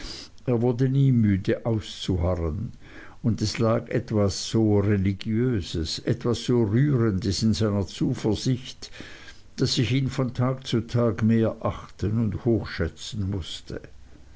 er wurde nie müde auszuharren und es lag etwas so religiöses etwas so rührendes in seiner zuversicht daß ich ihn von tag zu tag mehr achten und hochschätzen mußte